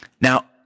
Now